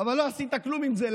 אבל לא עשית כלום עם זה.